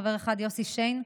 חבר אחד: יוסי שיין.